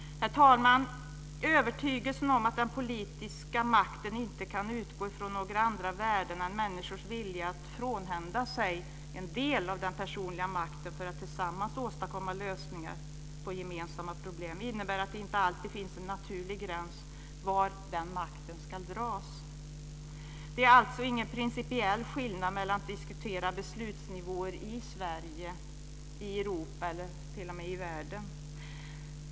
Herr talman! Övertygelsen om att den politiska makten inte kan utgå från några andra värden än människors vilja att frånhända sig en del av den personliga makten för att tillsammans åstadkomma lösningar på gemensamma problem innebär att det inte alltid finns en naturlig gräns var den makten ska sluta. Det är alltså ingen principiell skillnad i att diskutera beslutsnivåer i Sverige, i Europa eller t.o.m. i världen.